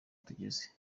tugeze